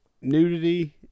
nudity